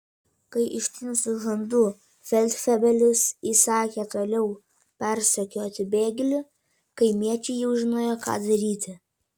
kai ištinusiu žandu feldfebelis įsakė toliau persekioti bėglį kaimiečiai jau žinojo ką daryti